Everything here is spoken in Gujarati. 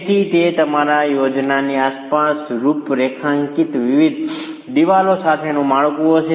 તેથી તે તમારા માટે યોજનાની આસપાસ રૂપરેખાંકિત વિવિધ દિવાલો સાથેનું માળખું હશે